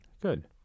Good